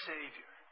Savior